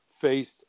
faced